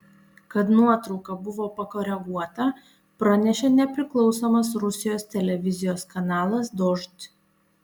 kad nuotrauka buvo pakoreguota pranešė nepriklausomas rusijos televizijos kanalas dožd